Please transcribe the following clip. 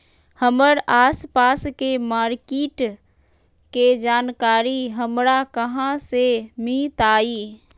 हमर आसपास के मार्किट के जानकारी हमरा कहाँ से मिताई?